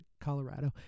Colorado